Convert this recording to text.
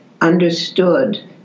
understood